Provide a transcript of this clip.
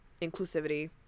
inclusivity